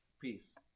Peace